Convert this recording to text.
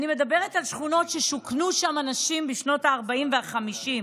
אני מדברת על שכונות ששוכנו שם אנשים בשנות הארבעים והחמישים,